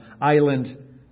island